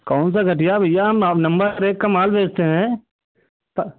कौन सा घटिया भैया हम नम्बर एक का माल बेचते हैं तो